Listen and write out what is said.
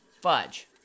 Fudge